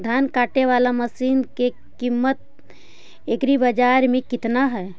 धान काटे बाला मशिन के किमत एग्रीबाजार मे कितना है?